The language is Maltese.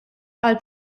qalb